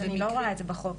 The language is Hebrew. אני לא רואה את זה בחוק.